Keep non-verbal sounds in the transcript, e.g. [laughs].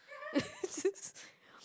[laughs]